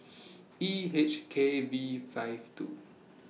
E H K V five two